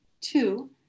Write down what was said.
Two